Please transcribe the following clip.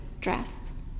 dress